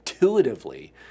Intuitively